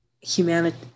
humanity